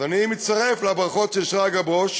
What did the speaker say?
אז אני מצטרף לברכות של שרגא ברוש,